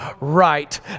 right